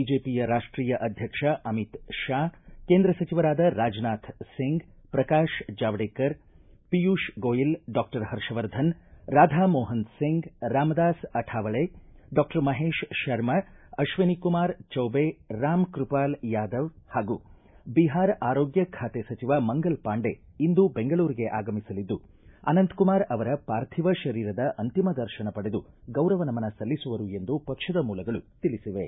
ಬಿಜೆಪಿಯ ರಾಷ್ಟೀಯ ಅಧ್ಯಕ್ಷ ಅಮಿತ್ ಷಾ ಕೇಂದ್ರ ಸಚಿವರಾದ ರಾಜನಾಥ್ ಒಂಗ್ ಪ್ರಕಾಶ ಜಾವಡೇಕರ ಪಿಯೂಷ್ ಗೋಯಲ್ ಡಾಕ್ಷರ್ ಹರ್ಷವರ್ಧನ್ ರಾಧಾ ಮೋಹನಸಿಂಗ್ ರಾಮದಾಸ ಅಠಾವಳೆ ಡಾಕ್ಷರ್ ಮಹೇಶ ಶರ್ಮಾ ಅಶ್ವಿನಿಕುಮಾರ ಚೌದೆ ರಾಮಕೃಪಾಲ್ ಯಾದವ್ ಹಾಗೂ ಬಿಹಾರ ಆರೋಗ್ಟ ಬಾತೆ ಸಚಿವ ಮಂಗಲ್ ಪಾಂಡೆ ಇಂದು ಬೆಂಗಳೂರಿಗೆ ಆಗಮಿಸಲಿದ್ದು ಅನಂತಕುಮಾರ್ ಅವರ ಪಾರ್ಥಿವ ಶರೀರದ ಅಂತಿಮ ದರ್ಶನ ಪಡೆದು ಗೌರವ ನಮನ ಸಲ್ಲಿಸುವರು ಎಂದು ಪಕ್ಷದ ಮೂಲಗಳು ತಿಳಿಸಿವೆ